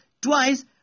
twice